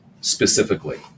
specifically